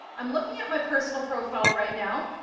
i'm looking at my personal profile right now.